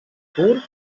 pur